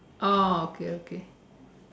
oh okay okay